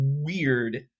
weird